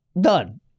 Done